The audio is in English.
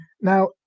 Now